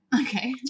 Okay